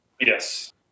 Yes